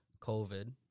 COVID